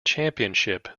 championship